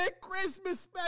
Christmas